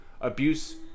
abuse